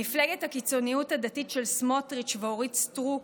מפלגת הקיצוניות הדתית של סמוטריץ' ואורית סטרוק